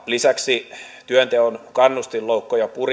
lisäksi työnteon kannustinloukkuja